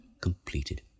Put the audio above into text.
completed